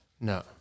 No